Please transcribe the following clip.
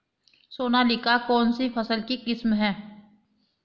सोनालिका कौनसी फसल की किस्म है?